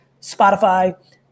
Spotify